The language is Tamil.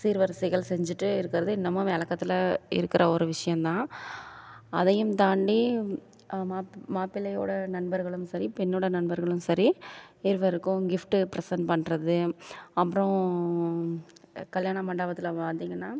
சீர்வரிசைகள் செஞ்சிகிட்டே இருக்கிறது இன்னமும் வழக்கத்துல இருக்கிற ஒரு விஷயந்தான் அதையும் தாண்டி மாப் மாப்பிள்ளையோடய நண்பர்களும் சரி பெண்ணோடய நண்பர்களும் சரி இருவருக்கும் கிஃப்ட்டு ப்ரசண்ட் பண்ணுறது அப்பறம் கல்யாணம் மண்டபத்தில் பார்த்திங்கனா